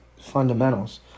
Fundamentals